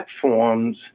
platforms